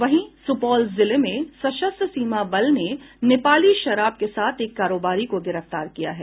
वहीं सुपौल जिले में सशस्त्र सीमा बल ने नेपाली शराब के साथ एक कारोबारी को गिरफ्तार किया है